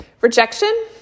Rejection